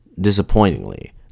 disappointingly